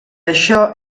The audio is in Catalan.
això